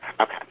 Okay